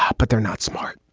ah but they're not smart.